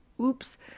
oops